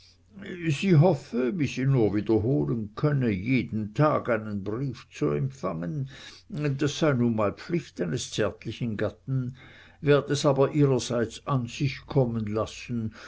sie hoffe wie sie nur wiederholen könne jeden tag einen brief zu empfangen das sei nun mal pflicht eines zärtlichen gatten werd es aber ihrerseits an sich kommen lassen